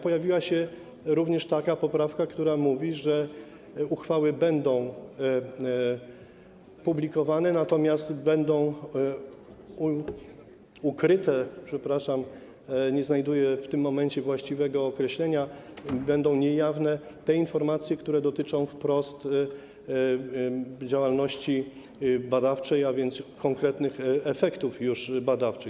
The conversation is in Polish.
Pojawiła się m.in. taka poprawka, która mówi, że uchwały będą publikowane, natomiast będą ukryte - przepraszam, nie znajduję w tym momencie właściwego określenia - będą niejawne te informacje, które dotyczą wprost działalności badawczej, a więc konkretnych efektów badawczych.